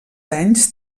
anys